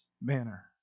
manner